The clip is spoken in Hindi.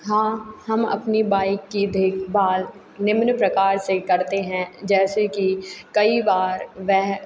हाँ हम अपनी बाइक की देखभाल निम्न प्रकार से करते हैं जैसे कि कई बार वह